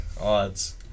odds